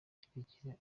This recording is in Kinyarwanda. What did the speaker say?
kirekire